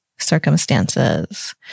circumstances